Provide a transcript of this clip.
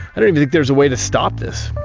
i don't even think there's a way to stop this.